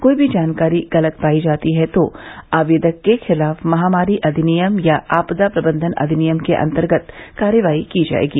कोई भी जानकारी गलत पाई जाती है तो आवेदक के खिलाफ महामारी अधिनियम या आपदा प्रबन्धन अधिनियम के अंतर्गत कार्रवाई की जाएगी